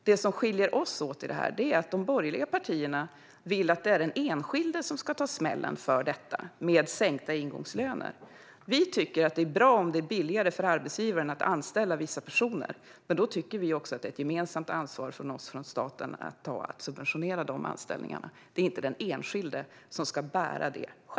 Det som skiljer oss åt är att de borgerliga partierna vill att det är den enskilde som ska ta smällen med sänkta ingångslöner. Vi tycker att det är bra om det är billigare för arbetsgivaren att anställa vissa personer, och då är det också ett ansvar för oss från staten att subventionera de anställningarna. Det är inte den enskilde som själv ska bära detta.